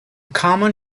common